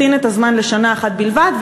לצמצם את הזמן לשנה אחת בלבד,